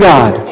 God